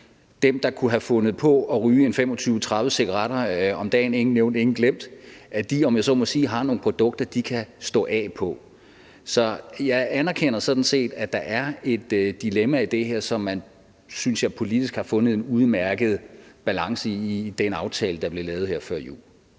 dem, der kunne have fundet på at ryge 25-30 cigaretter om dagen – ingen nævnt, ingen glemt – kan bruge til at stå af på. Så jeg anerkender sådan set, at der er et dilemma i det her, og jeg synes, at man politisk har fundet en udmærket balance i den aftale, der blev lavet her før jul.